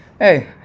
hey